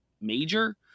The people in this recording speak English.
major